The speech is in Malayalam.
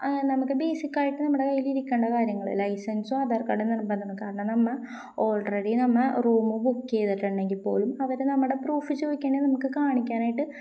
നമുക്ക് ബേസിക്കായിട്ട് നമ്മുടെ കയ്യിലിരിക്കേണ്ട കാര്യങ്ങള് ലൈസൻസും ആധാർ കാർഡും നിര്ബന്ധമാണ് കാരണം നമ്മള് ഓൾറെഡി നമ്മള് റൂം ബുക്ക് ചെയ്തിട്ടുണ്ടെങ്കില്പ്പോലും അവര് നമ്മുടെ പ്രൂഫ് ചോദിക്കുകയാണെങ്കില് നമുക്ക് കാണിക്കാനായിട്ട്